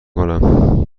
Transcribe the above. کنم